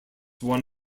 one